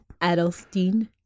Adelstein